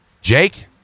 Jake